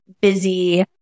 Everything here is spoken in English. busy